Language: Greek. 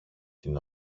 την